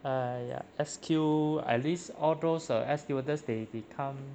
!aiya! S_Q at least all those uh air stewardess they become